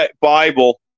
Bible